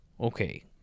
okay